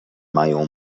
mają